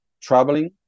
traveling